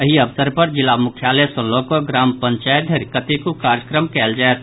एहि अवसर पर जिला मुख्यालय सँ लऽ कऽ ग्राम पंचायत धरि कतेको कार्यक्रम कयल जायत